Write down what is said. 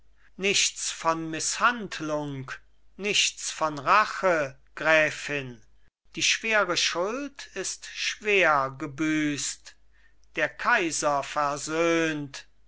nichts von mißhandlung nichts von rache gräfin die schwere schuld ist schwer gebüßt der kaiser versöhnt